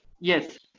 Yes